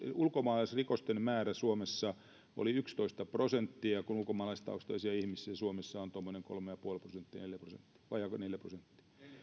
ulkomaalaisrikosten määrä suomessa oli yksitoista prosenttia kun ulkomaalaistaustaisia ihmisiä suomessa on tuommoinen kolme ja puoli prosenttia neljä prosenttia vajaa neljä prosenttia